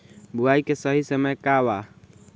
बुआई के सही समय का वा?